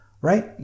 right